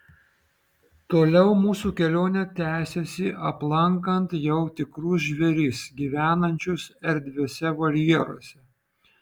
toliau mūsų kelionė tęsėsi aplankant jau tikrus žvėris gyvenančius erdviuose voljeruose